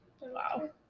Wow